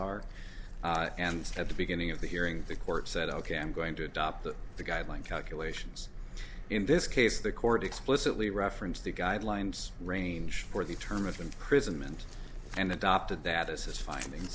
r and at the beginning of the hearing the court said ok i'm going to adopt the guideline calculations in this case the court explicitly referenced the guidelines range for the term of imprisonment and adopted that as his finding